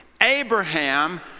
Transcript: Abraham